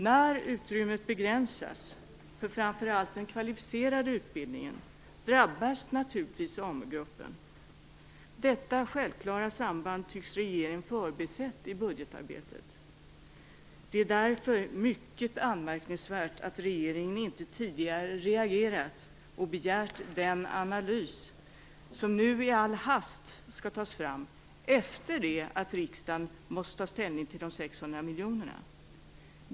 När utrymmet begränsas för framför allt den kvalificerade utbildningen drabbas naturligtvis Amu-gruppen. Detta självklara samband tycks regeringen ha förbisett i budgetarbetet. Det är därför mycket anmärkningsvärt att regeringen inte tidigare reagerat och begärt den analys som nu i all hast skall tas fram, efter det att riksdagen måst ta ställning till de 600 miljonerna.